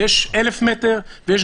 יש אלף מטר ויש